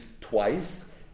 twice